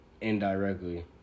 indirectly